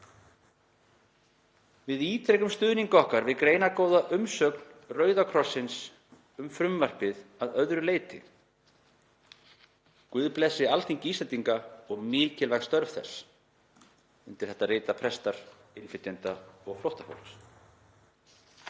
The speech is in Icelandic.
Við ítrekum stuðning okkar við greinargóða umsögn Rauða krossins um frumvarpið að öðru leyti. Guð blessi Alþingi Íslendinga og mikilvæg störf þess.“ Undir þetta rita prestar innflytjenda og flóttafólks.